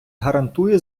гарантує